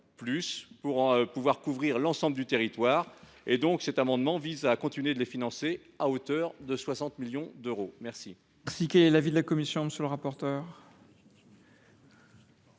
nous devons couvrir l’ensemble du territoire. Cet amendement vise à continuer de les financer à hauteur de 60 millions d’euros. Quel